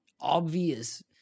obvious